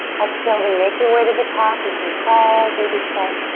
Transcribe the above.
exhale to make your way to the top. you can crawl, baby step,